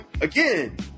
Again